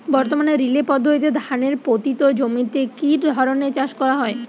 বর্তমানে রিলে পদ্ধতিতে ধানের পতিত জমিতে কী ধরনের চাষ করা হয়?